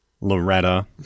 Loretta